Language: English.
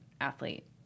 athlete